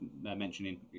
mentioning